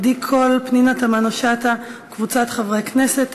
עדי קול ופנינה תמנו-שטה וקבוצת חברי הכנסת,